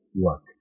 work